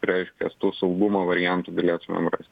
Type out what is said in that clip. reiškias tų saugumo variantų galėtumėm rast